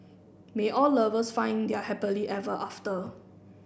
may all lovers find their happily ever after